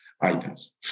items